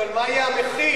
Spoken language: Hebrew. אבל מה יהיה המחיר?